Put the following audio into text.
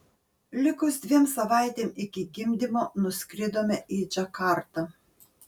likus dviem savaitėm iki gimdymo nuskridome į džakartą